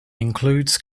includes